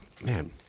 man